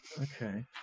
Okay